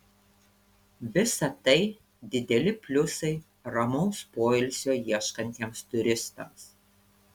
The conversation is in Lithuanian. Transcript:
visa tai dideli pliusai ramaus poilsio ieškantiems turistams